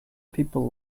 people